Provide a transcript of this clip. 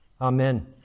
Amen